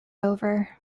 over